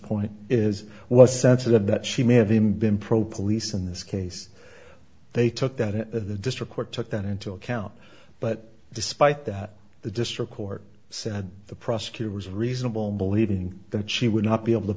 point is was sensitive that she may have even been pro police in this case they took that the district court took that into account but despite that the district court said the prosecutor was reasonable believing that she would not be able to